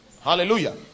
hallelujah